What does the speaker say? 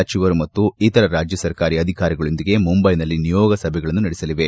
ಸಚಿವರು ಮತ್ತು ಇತರ ರಾಜ್ಯ ಸರ್ಕಾರಿ ಅಧಿಕಾರಿಗಳೊಂದಿಗೆ ಮುಂದೈನಲ್ಲಿ ನಿಯೋಗ ಸಭೆಗಳನ್ನು ನಡೆಸಲಿದೆ